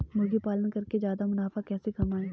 मुर्गी पालन करके ज्यादा मुनाफा कैसे कमाएँ?